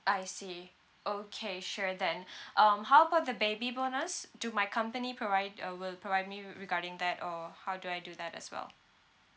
I see okay sure then um how about the baby bonus do my company provide uh will provide me re~ regarding that or how do I do that as well